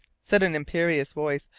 said an imperious voice,